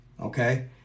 Okay